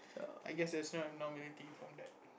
I guess that's not a abnormality from that